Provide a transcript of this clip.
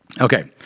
Okay